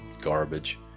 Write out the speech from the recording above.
garbage